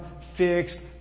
fixed